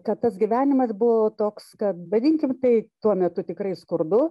kad tas gyvenimas buvo toks kad vadinkim tai tuo metu tikrai skurdu